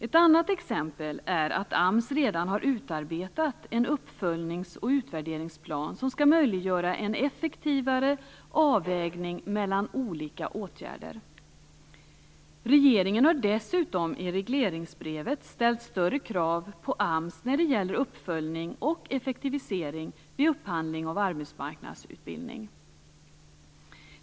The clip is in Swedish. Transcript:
Ett annat exempel är att AMS redan har utarbetat en uppföljnings och utvärderingsplan som skall möjliggöra en effektivare avvägning mellan olika åtgärder. Regeringen har dessutom i regleringsbrevet ställt större krav på AMS när det gäller uppföljning och effektivisering vid upphandling av arbetsmarknadsutbildning.